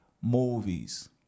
Movies